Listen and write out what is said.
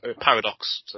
Paradox